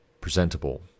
presentable